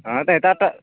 ହଁ ସେଇଟା ତ